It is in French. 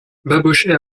babochet